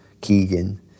Keegan